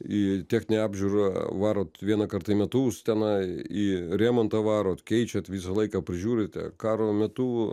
į techninę apžiūrą varot vieną kartą į metus tenai į remontą varot keičiat visą laiką prižiūrite karo metu